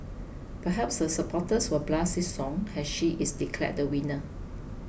perhaps her supporters will blast this song as she is declared the winner